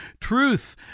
truth